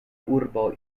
urbo